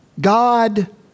God